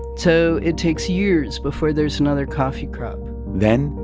so it takes years before there's another coffee crop then,